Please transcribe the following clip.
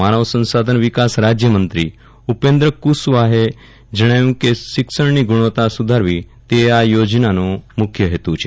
માનવ સંસાધન વિકાસ રાજયમંત્રી ઉપેન્દ્ર કુશવાહે જણાવ્યું હતું કે શિક્ષણની ગુણવત્તા સુધારવી તે આ યોજનાનો મુખ્ય હેતુ છે